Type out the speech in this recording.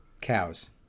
Cows